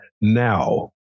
now